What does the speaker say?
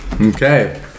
Okay